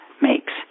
makes